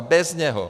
Bez něho!